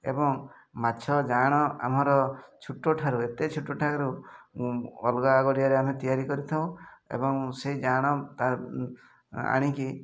ଏବଂ ମାଛ ଜାଁଆଳ ଆମର ଛୋଟଠାରୁ ଏତେ ଛୋଟଠାରୁ ଅଲଗା ଗଡ଼ିଆରେ ଆମେ ତିଆରି କରିଥାଉ ଏବଂ ସେହି ଜାଁଆଳ ଆଣିକି